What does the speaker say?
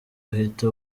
uhita